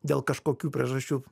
dėl kažkokių priežasčių